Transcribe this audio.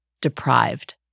deprived